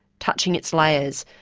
touching its layers,